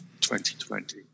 2020